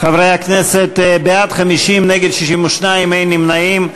חברי הכנסת, בעד 50, נגד, 62, אין נמנעים.